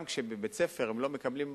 גם כשבבית-ספר הם לא מקבלים מזון.